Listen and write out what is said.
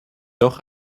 doch